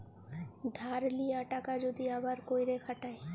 ধার লিয়া টাকা যদি আবার ক্যইরে খাটায়